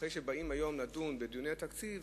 אחרי שבאים היום לדון בדיוני התקציב,